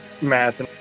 math